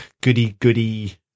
goody-goody